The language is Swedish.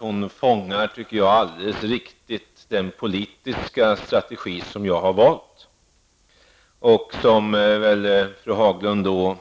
Hon fångar alldeles riktigt den politiska strategi som jag har valt och som väl fru Haglund